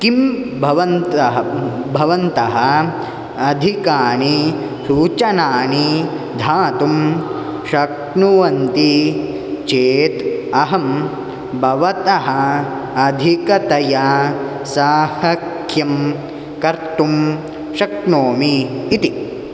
किं भवन्तः भवन्तः अधिकानि सूचनानि दातुं शक्नुवन्ति चेत् अहं भवतः अधिकतया साहाय्यं कर्तुं शक्नोमि इति